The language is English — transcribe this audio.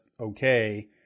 okay